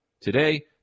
Today